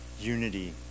unity